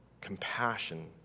compassion